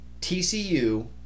tcu